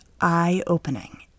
eye-opening